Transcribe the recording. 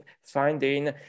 finding